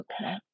Okay